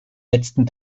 letzten